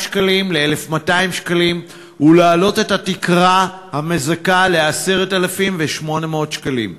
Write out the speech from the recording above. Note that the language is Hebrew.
שקלים ל-1,200 שקלים ולהעלות את התקרה המזכה ל-10,800 שקלים.